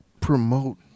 promote